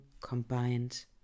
combined